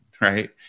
right